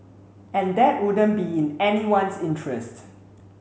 and that wouldn't be in anyone's interest